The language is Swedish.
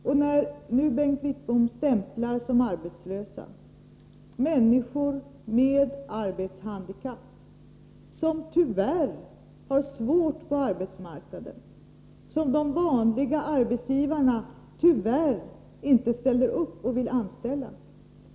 Bengt Wittbom stämplar som arbetslösa människor med arbetshandikapp som tyvärr har det svårt på arbetsmarknaden och som de vanliga arbetsgivarna tyvärr inte ställer upp för och vill anställa.